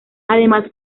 además